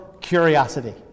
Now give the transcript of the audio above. curiosity